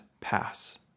pass